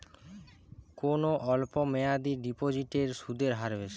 কোন অল্প মেয়াদি ডিপোজিটের সুদের হার বেশি?